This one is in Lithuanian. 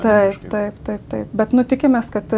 taip taip taip taip bet nu tikimės kad